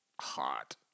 hot